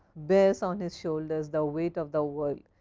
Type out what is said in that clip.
bares on his shoulders the weight of the world.